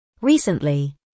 Recently